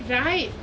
right